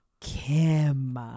kim